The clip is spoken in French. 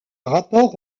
rapport